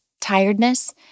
tiredness